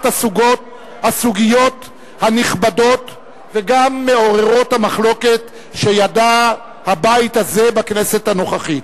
הסוגיות הנכבדות וגם מעוררות המחלוקת שידע הבית הזה בכנסת הנוכחית.